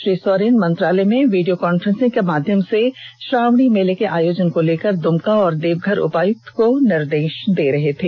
श्री सोरेन मंत्रालय में video conferencing के माध्यम से श्रावणी मेला के आयोजन को लेकर दुमका एवं देवघर उपायुक्त को निदेश दे रहे थे